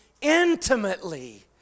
intimately